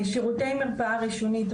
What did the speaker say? שירותי מרפאה ראשונית,